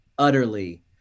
Utterly